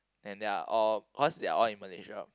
and they are all cause they are all in Malaysia